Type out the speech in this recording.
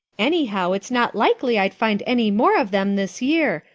anyhow, it's not likely i'd find any more of them this year.